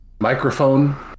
microphone